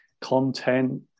content